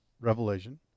Revelation